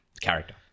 Character